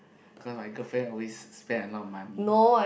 cause my girlfriend always spend a lot money